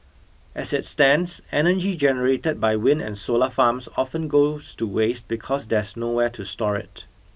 as it stands energy generated by wind and solar farms often goes to waste because there's nowhere to store it